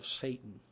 Satan